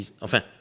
Enfin